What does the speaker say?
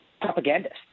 propagandist